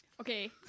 Okay